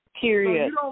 Period